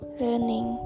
learning